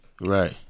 Right